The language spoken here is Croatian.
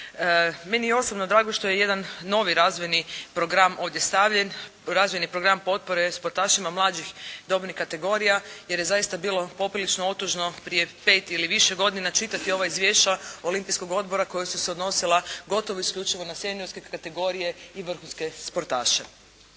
Meni je osobno drago što je jedan novi razvojni program ovdje stavljen, razvojni program potpore sportašima mlađih dobnih kategorija jer je zaista bilo poprilično otužno prije pet ili više godina čitati ova izvješća Olimpijskog odbora koja su se odnosila gotovo isključivo na seniorske kategorije i vrhunske sportaše.